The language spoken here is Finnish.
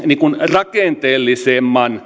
rakenteellisemman